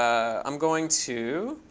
i'm going to